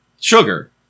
sugar